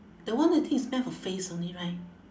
that one I think it's meant for face only right